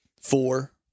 four